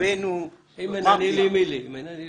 רבנו מרגי,